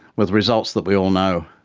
with results that we all know.